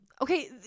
Okay